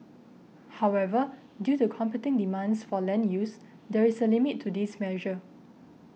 however due to competing demands for land use there is a limit to this measure